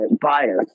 bias